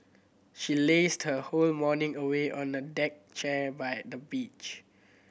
she lazed her whole morning away on a deck chair by the beach